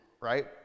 right